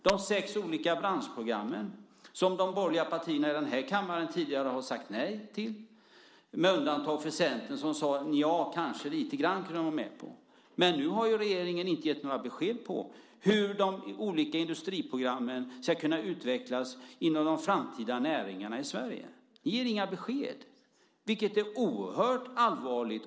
De sex olika branschprogrammen har de borgerliga partierna här i kammaren tidigare sagt nej till, med undantag för Centern som sade att man kanske kunde gå med på det lite grann. Nu har regeringen inte gett några besked om hur de olika industriprogrammen ska kunna utvecklas inom de framtida näringarna i Sverige. Ni ger inga besked. Det är oerhört allvarligt.